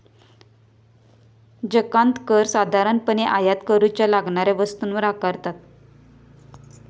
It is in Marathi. जकांत कर साधारणपणे आयात करूच्या लागणाऱ्या वस्तूंवर आकारतत